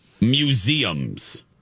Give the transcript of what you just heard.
museums